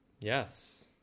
Yes